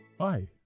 Hi